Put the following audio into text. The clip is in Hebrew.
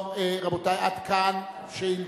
טוב, רבותי, עד כאן שאילתות.